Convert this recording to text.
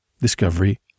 discovery